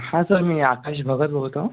हा सर मी आकाश भगत बोलतो